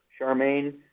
Charmaine